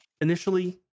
initially